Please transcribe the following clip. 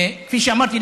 כפי שאמרתי,